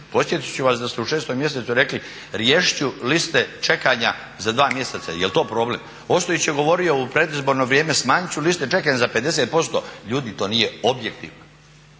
Podsjetit ću vas da ste u 6. mjesecu rekli riješit ću liste čekanja za dva mjeseca, jel to problem. Ostojić je govorio u predizborno vrijeme smanjit ću liste čekanja za 50%. Ljudi, to nije objektivno.